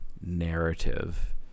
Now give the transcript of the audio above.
narrative